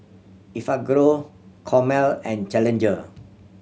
Enfagrow Chomel and Challenger